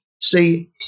see